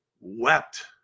wept